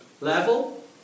level